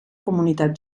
comunitat